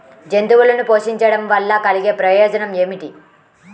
జంతువులను పోషించడం వల్ల కలిగే ప్రయోజనం ఏమిటీ?